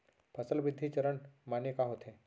फसल वृद्धि चरण माने का होथे?